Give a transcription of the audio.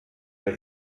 der